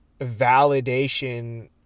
validation